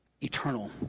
eternal